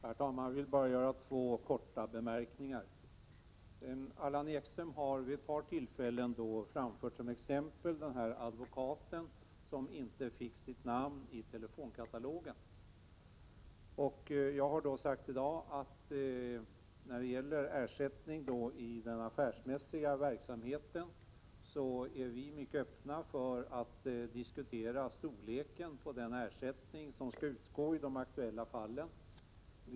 Herr talman! Jag vill bara göra två korta anmärkningar. Allan Ekström har vid ett par tillfällen anfört som exempel den advokat som inte fick sitt namn infört i telefonkatalogen. Jag har i dag sagt att vi när det gäller ersättningar i affärsmässig verksamhet är mycket öppna för att diskutera storleken på den ersättning som skall utgå i de aktuella fallen.